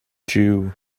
jiw